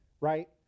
right